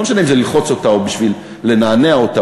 לא משנה אם זה ללחוץ אותה או בשביל לנענע אותה,